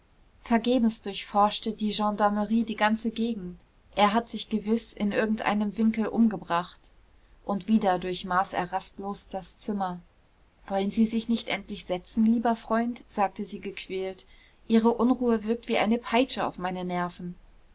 vergebens durchforschte die gendarmerie die ganze gegend er hat sich gewiß in irgendeinem winkel umgebracht und wieder durchmaß er rastlos das zimmer wollen sie sich nicht endlich setzen lieber freund sagte sie gequält ihre unruhe wirkt wie eine peitsche auf meine nerven